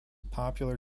popular